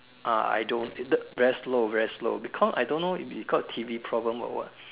ah I don't the very slow very slow because I don't know if it's because of T_V problem or what